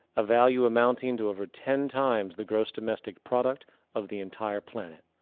a value amounting to over ten times the gross domestic product of the entire planet.